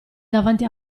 davanti